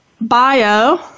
bio